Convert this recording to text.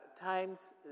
times